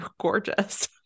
gorgeous